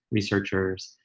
researchers,